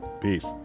Peace